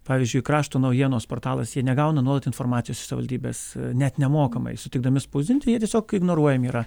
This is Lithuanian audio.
pavyzdžiui krašto naujienos portalas jie negauna nuolat informacijos iš savivaldybės net nemokamai sutikdami spausdinti jie tiesiog ignoruojami yra